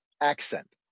accent